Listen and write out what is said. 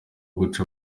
guca